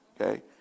Okay